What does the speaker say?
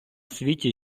світі